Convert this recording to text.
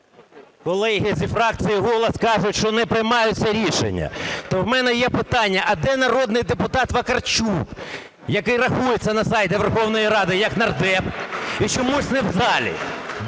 Колеги із фракції "Голос" кажуть, що не приймаються рішення. То у мене є питання, а де народний депутат Вакарчук, який рахується на сайті Верховної Ради як нардеп і чомусь не в залі?